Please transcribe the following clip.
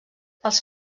els